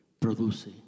produce